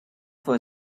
for